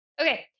Okay